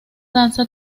danza